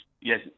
yes